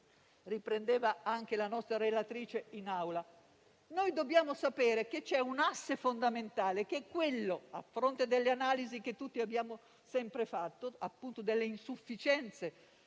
ripresa anche dalla relatrice in Aula. Dobbiamo sapere che c'è un asse fondamentale, a fronte delle analisi che tutti abbiamo sempre fatto delle insufficienze,